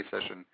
session